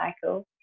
cycle